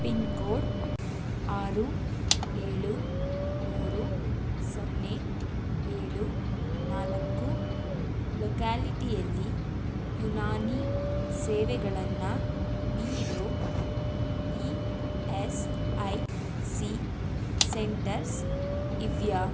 pin code ಆರು ಏಳು ಮೂರು ಸೊನ್ನೆ ಏಳು ನಾಲ್ಕು ಲೊಕ್ಯಾಲಿಟಿಯಲ್ಲಿ ಯುನಾನಿ ಸೇವೆಗಳನ್ನು ನೀಡೋ E S I C centres ಇವೆಯಾ